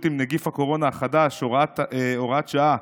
עם נגיף הקורונה החדש (הוראת שעה),